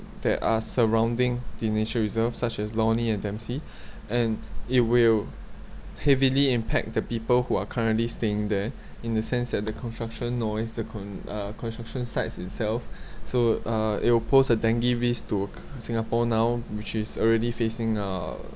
that are surrounding the nature reserves such as lornie and dempsey and it will heavily impact the people who are currently staying there in the sense that the construction noise the con~ uh construction sites itself so uh it will pose a dengue risk to singapore now which is already facing a